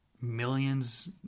millions